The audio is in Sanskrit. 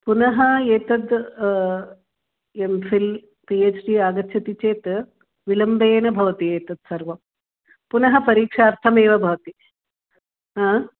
पुनः एतद् M phil P H D आगच्छति चेत् विलम्बेन भवति एतत् सर्वं पुनः परीक्षार्थमेव भवति हा